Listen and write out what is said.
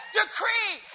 decree